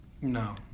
No